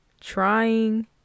trying